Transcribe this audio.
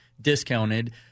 discounted